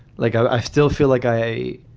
like i still feel like i